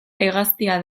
hegaztia